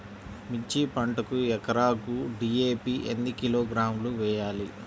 మిర్చి పంటకు ఎకరాకు డీ.ఏ.పీ ఎన్ని కిలోగ్రాములు వేయాలి?